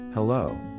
Hello